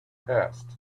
passed